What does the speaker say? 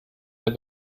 der